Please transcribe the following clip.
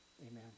amen